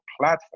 platform